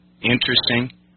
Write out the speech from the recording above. interesting –